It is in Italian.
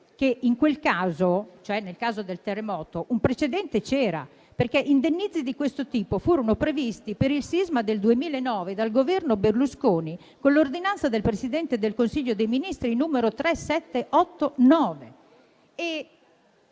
beni mobili. Eppure nel caso del terremoto un precedente c'era, perché indennizzi di questo tipo furono previsti per il sisma del 2009 dal Governo Berlusconi, con l'ordinanza del Presidente del Consiglio dei ministri n. 3789.